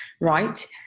right